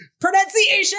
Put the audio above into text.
Pronunciation